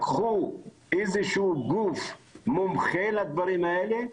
לקחו איזשהו גוף מומחה לדברים האלה,